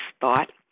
thought